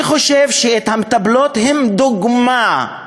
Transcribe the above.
אני חושב שהמטפלות הן דוגמה.